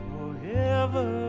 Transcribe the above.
Forever